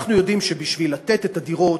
אנחנו יודעים שבשביל לתת דירות